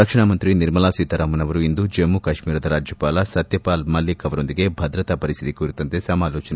ರಕ್ಷಣಾ ಮಂತ್ರಿ ನಿರ್ಮಲಾ ಸೀತಾರಾಮನ್ ಅವರು ಇಂದು ಜಮ್ನು ಕಾಶೀರದ ರಾಜ್ಯಪಾಲ ಸತ್ಯಪಾಲ್ ಮಲ್ಲಿಕ್ ಅವರೊಂದಿಗೆ ಭದ್ರತಾ ಪರಿಸ್ಥಿತಿ ಕುರಿತಂತೆ ಸಮಾಲೋಚನೆ